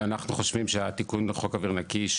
ואנחנו חושבים שהתיקון לחוק אוויר נקי,